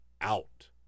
out